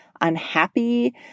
unhappy